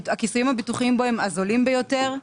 הכיסויים הביטוחיים בו הם הזולים ביותר.